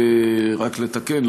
רק לתקן,